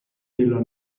della